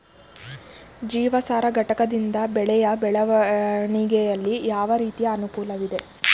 ಜೀವಸಾರ ಘಟಕದಿಂದ ಬೆಳೆಯ ಬೆಳವಣಿಗೆಯಲ್ಲಿ ಯಾವ ರೀತಿಯ ಅನುಕೂಲವಿದೆ?